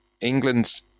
England's